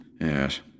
Yes